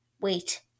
wait